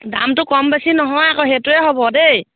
দামটো কম বেছি নহয় আকৌ সেইটোৱে হ'ব দেই